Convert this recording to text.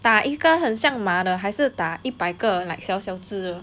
打一个很像马的还是打一百个 like 小小只的